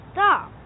Stop